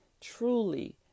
truly